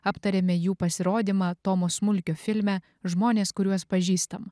aptarėme jų pasirodymą tomo smulkio filme žmonės kuriuos pažįstam